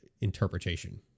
interpretation